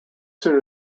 soon